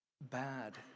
bad